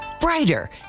brighter